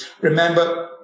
Remember